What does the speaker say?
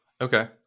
Okay